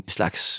slags